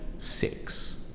six